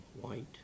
white